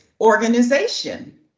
organization